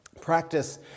practice